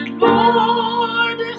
Lord